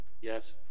Yes